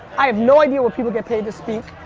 i have no idea what people get paid to speak,